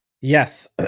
Yes